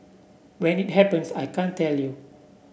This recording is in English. when it happens I can't tell you